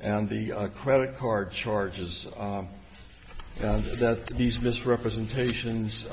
and the credit card charges that he's missed representations